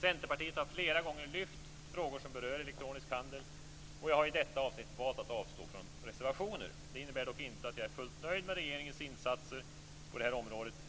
Centerpartiet har flera gånger lyft fram frågor som berör elektronisk handel. Jag har i detta avsnitt valt att avstå från reservationer. Det innebär dock inte att jag är fullt nöjd med regeringens insatser på området.